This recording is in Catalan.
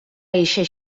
eixe